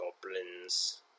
goblins